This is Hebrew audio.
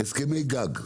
הסכמי גג,